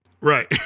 Right